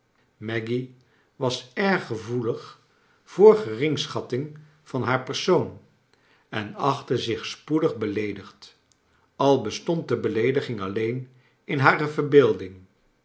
maggy was erg gevoelig voor geringschattmg van haar persoon en achtte zich spoedig beleedigd al bestond de beleediging alleen in hare yerbeelding